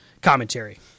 commentary